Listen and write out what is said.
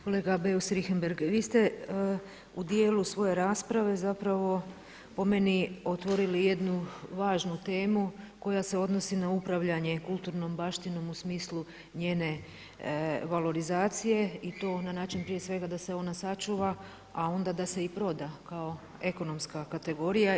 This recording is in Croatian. Kolega Beus Richembergh, vi ste u dijelu svoje rasprave zapravo po meni otvorili jednu važnu temu koja se odnosi na upravljanje kulturnom baštinom u smislu njene valorizacije i to na način prije svega da se ona sačuva a onda da se i proda kao ekonomska kategorija.